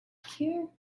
here